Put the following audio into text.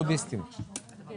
הסתייגות מספר 21. במקום